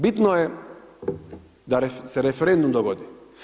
Bitno je da se referendum dogodi.